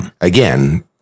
again